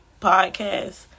Podcast